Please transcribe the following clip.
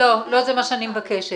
לא, לא זה מה שאני מבקשת.